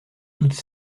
toutes